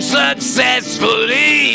successfully